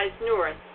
North